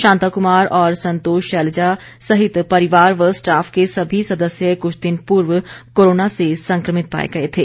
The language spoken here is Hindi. शांता कुमार और संतोष शैलज़ा सहित परिवार व स्टाफ के सभी सदस्य कुछ दिन पूर्व कोरोना से संक्रमित पाए गए थे